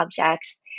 objects